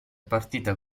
partita